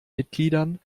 mitgliedern